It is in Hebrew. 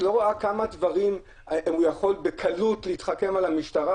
את לא רואה כמה דברים הוא יכול בקלות להתחכם לגביהם על המשטרה,